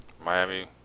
Miami